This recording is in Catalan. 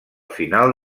final